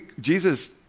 Jesus